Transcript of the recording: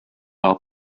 are